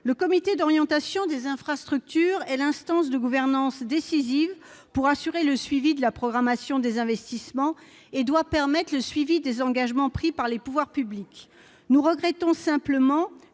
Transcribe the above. Le Conseil d'orientation des infrastructures est l'instance de gouvernance décisive pour assurer le suivi de la programmation des investissements. Il doit permettre de suivre les engagements pris par les pouvoirs publics. Nous regrettons simplement